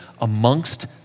amongst